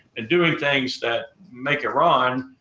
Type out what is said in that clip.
and doing things that make iran,